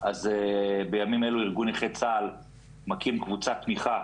אז בימים אלו ארגון נכי צה"ל מקים קבוצת תמיכה